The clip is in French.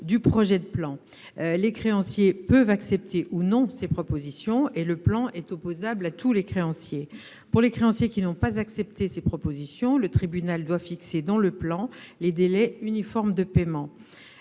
du projet de plan. Les créanciers peuvent accepter ou non ces propositions. Le plan est opposable à tous les créanciers. Pour les créanciers qui n'ont pas accepté ces propositions, le tribunal doit fixer dans le plan des délais uniformes de paiement.